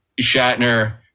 Shatner